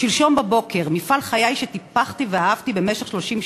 12 נחמן שי (המחנה הציוני):